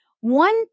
one